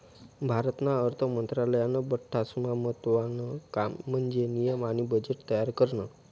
भारतना अर्थ मंत्रालयानं बठ्ठास्मा महत्त्वानं काम म्हन्जे नियम आणि बजेट तयार करनं